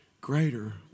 greater